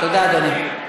תודה, אדוני.